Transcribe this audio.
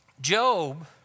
Job